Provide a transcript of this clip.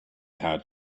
had